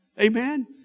Amen